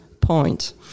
point